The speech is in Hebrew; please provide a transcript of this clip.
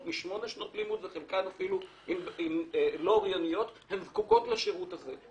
משמונה שנות לימוד וחלקן זקוקות לשירות הזה.